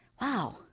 Wow